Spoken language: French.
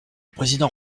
président